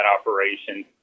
operation